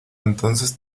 entonces